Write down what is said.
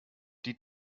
die